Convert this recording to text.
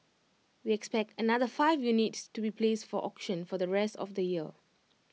we expect another five units to be placed for auction for the rest of the year